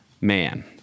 man